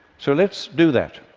so let's do that.